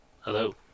Hello